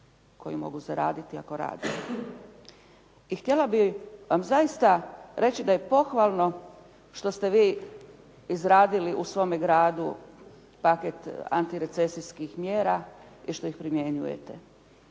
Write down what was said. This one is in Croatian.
koju mogu zaraditi ako rade. I htjela bih vam zaista reći da je pohvalno što ste vi izradili u svome gradu paket antirecesijskih mjera i što ih primjenjujete.